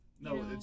No